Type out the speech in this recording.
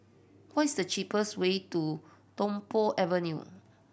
what is the cheapest way to Tung Po Avenue